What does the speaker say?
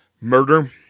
murder